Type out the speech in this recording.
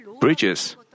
bridges